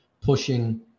pushing